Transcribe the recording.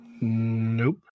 Nope